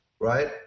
right